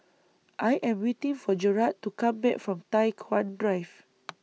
I Am waiting For Jarrad to Come Back from Tai Hwan Drive